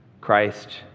Christ